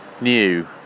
new